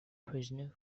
prisoner